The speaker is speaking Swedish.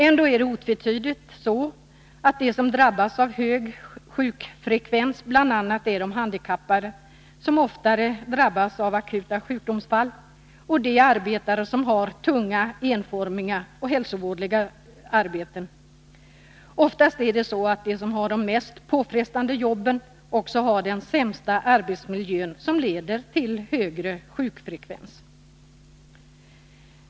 Ändå är det otvetydigt så, att de som drabbas av hög sjukfrekvens är bl.a. de handikappade, som oftare drabbas av akuta sjukdomar. Detsamma gäller de arbetare som har tunga, enformiga och hälsovådliga arbeten. Oftast är det så att de som har de mest påfrestande arbetena också har den sämsta arbetsmiljön, som leder till högre sjukfrekvens.